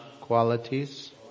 Qualities